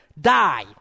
die